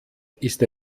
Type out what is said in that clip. ist